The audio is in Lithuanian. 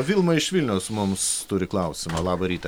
vilma iš vilniaus mums turi klausimą labą rytą